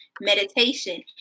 meditation